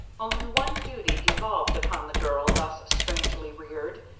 only one duty devolved upon the girl thus strangely reared,